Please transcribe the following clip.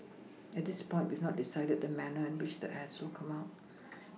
at this point we've not decided the manner in which the ads will come out